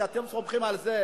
כי אתם סומכים על זה,